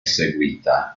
seguita